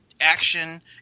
action